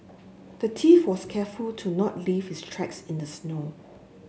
the thief was careful to not leave his tracks in the snow